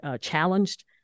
challenged